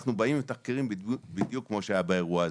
אנחנו באים ומתחקרים בדיוק כמו שהיה באירוע הזה.